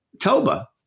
Toba